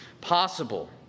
possible